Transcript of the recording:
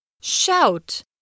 shout